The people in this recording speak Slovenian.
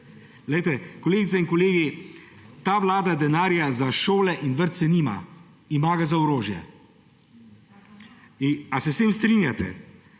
kolegice in kolegi, ta vlada denarja za šole in vrtce nima, ima ga orožje. A se s tem strinjate?